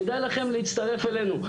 כדאי לכם להצטרף אלינו,